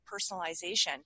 personalization